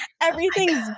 everything's